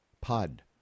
pod